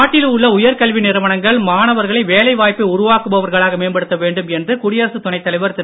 நாட்டில் உள்ள உயர்கல்வி நிறுவனங்கள் மாணவர்களை வேலைவாய்ப்பை உருவாக்குபவர்களாக மேம்படுத்த வேண்டும் என்று குடியரசுத் துணைத்தலைவர் திரு